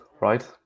right